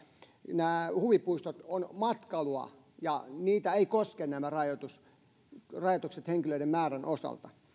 nämä huvipuistot ovat matkailua ja niitä eivät koske nämä rajoitukset henkilöiden määrän osalta